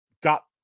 got